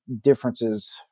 differences